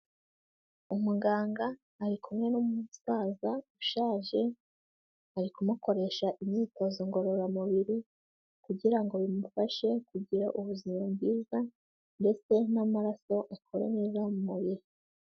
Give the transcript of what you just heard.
Umuganga ari kumwe n'umusaza ushaje, ari kumukoresha imyitozo ngororamubiri, kugira ngo bimufashe kugira ubuzima bwiza, ndetse n'amararaso akore neza mu mubiri.